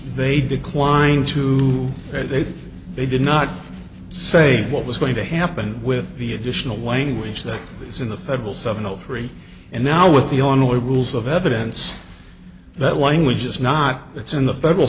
they declined to and they did they did not say what was going to happen with the additional language that is in the federal seven o three and now with the only rules of evidence that language is not it's in the federal